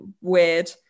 weird